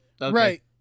Right